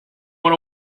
want